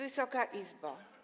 Wysoka Izbo!